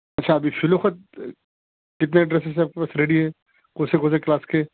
اچھا ابھی فی الوقت کتنے ڈریسز ہیں آپ کے پاس ریڈی ہیں کون سے کون سے کلاس کے